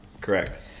Correct